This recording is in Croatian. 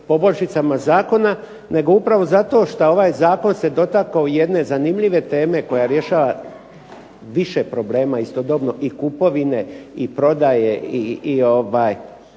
poboljšicama zakona nego upravo zato što ovaj zakon se dotakao jedne zanimljive teme koja rješava više problema istodobno, i kupovine i prodaje,